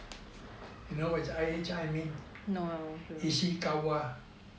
you know what is I_H_I mean ishikawa